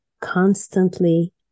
constantly